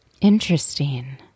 Interesting